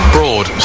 broad